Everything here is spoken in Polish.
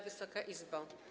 Wysoka Izbo!